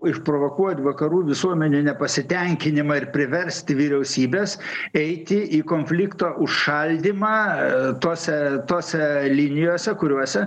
išprovokuot vakarų visuomenių nepasitenkinimą ir priversti vyriausybes eiti į konflikto užšaldymą tose tose linijose kuriuose